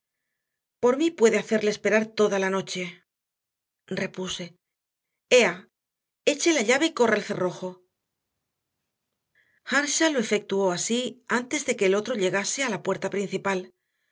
por mí puede usted hacerle esperar toda la noche repuse ea eche la llave y corta el cerrojo earnshaw lo efectuó así antes de que el otro llegase a la puerta principal